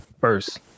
first